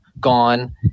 gone